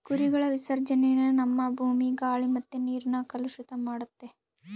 ಕುರಿಗಳ ವಿಸರ್ಜನೇನ ನಮ್ಮ ಭೂಮಿ, ಗಾಳಿ ಮತ್ತೆ ನೀರ್ನ ಕಲುಷಿತ ಮಾಡ್ತತೆ